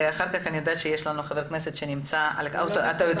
אני יודעת שיש לנו חבר כנסת שנמצא בזום.